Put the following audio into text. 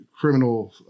criminal